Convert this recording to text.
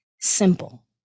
simple